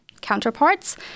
counterparts